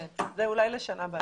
כן, זה אולי לשנה הבאה.